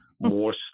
more